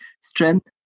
strength